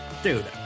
Dude